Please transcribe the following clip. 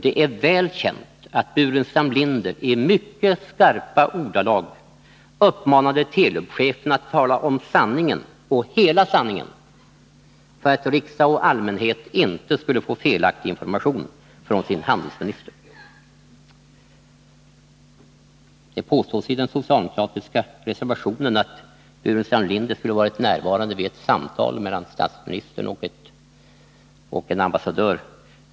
Det är väl känt att Staffan Burenstam Linder i mycket skarpa ordalag uppmanade Telub-chefen att tala om sanningen och hela sanningen, för att riksdag och allmänhet inte skulle få felaktig information från sin handelsminister. Det påstås i den socialdemokratiska reservationen att Staffan Burenstam Linder skulle ha varit närvarande vid ett samtal mellan statsministern och ambassadören.